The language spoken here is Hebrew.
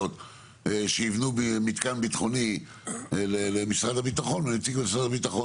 מנכ"ל משרד הדתות והממונה על התכנון